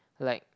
like